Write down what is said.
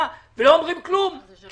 אם אדוני יאפשר לי.